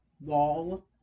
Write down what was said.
wall